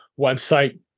website